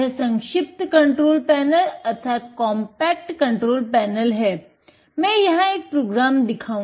मैं यहाँ एक प्रोग्राम दिखाऊंगा